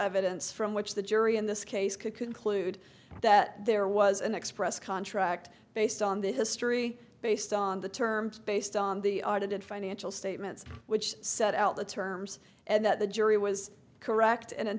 evidence from which the jury in this case could conclude that there was an express contract based on the history based on the terms based on the audited financial statements which set out the terms and that the jury was correct and